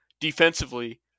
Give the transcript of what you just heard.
defensively